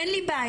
אין לי בעיה,